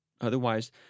Otherwise